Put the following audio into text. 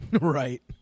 Right